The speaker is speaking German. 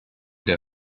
der